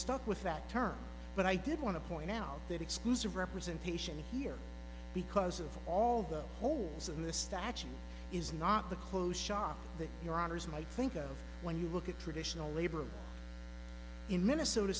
stuck with that term but i did want to point out that exclusive representation here because of all the holes in the statue is not the clothes shop that your honour's might think of when you look at traditional labor in minnesota